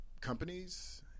companies